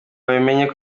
babimenya